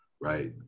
right